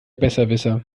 besserwisser